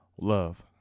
Love